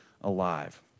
alive